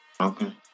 Okay